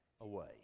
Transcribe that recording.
away